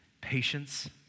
patience